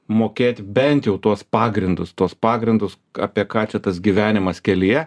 mokėt bent tuos pagrindus tuos pagrindus apie ką čia tas gyvenimas kelyje